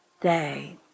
day